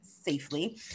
safely